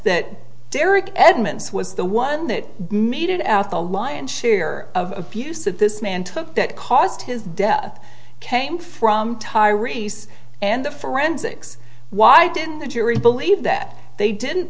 that derek edmonds was the one that made it out the lion's share of views that this man took that caused his death came from tyrese and the forensics why didn't the jury believe that they didn't